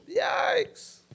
Yikes